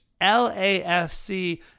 LAFC